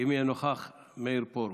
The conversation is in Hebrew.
אם יהיה נוכח, מאיר פרוש.